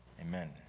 Amen